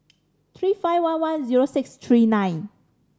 three five one one zero six three nine